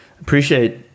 appreciate